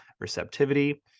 receptivity